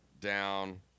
down